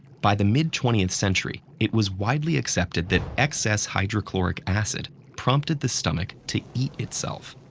by the mid twentieth century, it was widely accepted that excess hydrochloric acid prompted the stomach to eat itself.